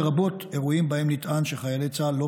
לרבות אירועים שבהם נטען שחיילי צה"ל לא